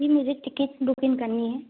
जी मुझे ticket booking करनी है